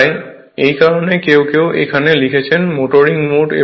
তাই এই কারণেই কেউ কেউ এখানে লিখছেন মোটরিং মোড